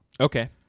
Okay